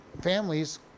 families